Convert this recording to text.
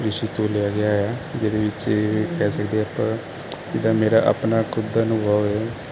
ਗਿਆ ਹੈ ਜਿਹਦੇ ਵਿੱਚ ਕਹਿ ਸਕਦੇ ਆ ਆਪਾਂ ਜਿਦਾਂ ਮੇਰਾ ਆਪਣਾ ਖੁਦ ਦਾ ਅਨੁਭਵ ਹੈ